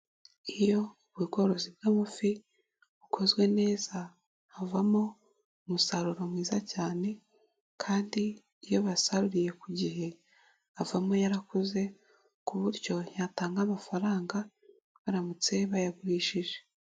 Iyo ubworozi bw'amafi bukozwe neza, havamo umusaruro mwiza cyane kandi iyo bayasaruriye ku gihe, avamo yaraku ku buryo yatanga amafaranga, baramutse bayagurishije.